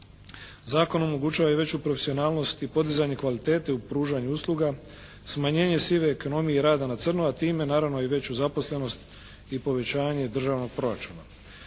Zakon omogućava i veću profesionalnost i podizanje kvalitete u pružanju usluga, smanjenje sive ekonomije i rada na crno a time naravno i veću zaposlenost i povećanje državnog proračuna.